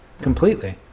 completely